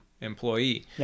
employee